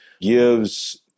gives